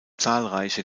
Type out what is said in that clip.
zahlreiche